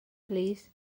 plîs